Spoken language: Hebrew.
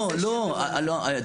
לא, לא.